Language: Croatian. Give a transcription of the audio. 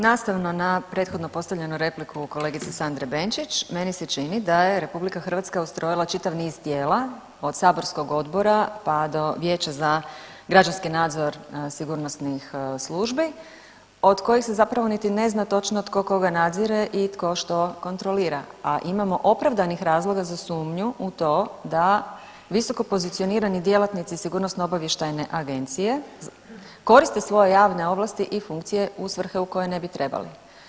Nastavno na prethodno postavljenu repliku kolegice Sandre Benčić meni se čini da je RH ustrojila čitav niz djela od saborskog odbora pa do Vijeća za građanski nadzor sigurnosnih službi od kojih se zapravo niti ne zna tko koga nadzire i tko što kontrolira, a imamo opravdanih razloga za sumnju u to da visokopozicionirani djelatnici SOA-e koriste svoje javne ovlasti i funkcije u svrhe u koje ne bi trebali.